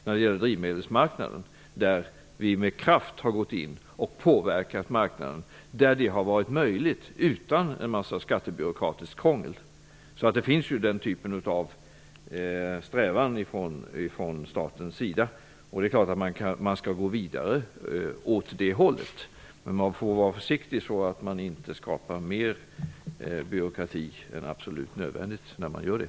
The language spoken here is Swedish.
Där har vi gått in med kraft och påverkat marknaden där det har varit möjligt, utan en massa skattebyråkratiskt krångel. Den typen av strävan finns från statens sida. Det är klart att vi skall gå vidare på den vägen. När vi gör det får vi vara försiktiga så att vi inte skapar mer byråkrati än vad som är absolut nödvändigt.